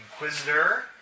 Inquisitor